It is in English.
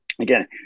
again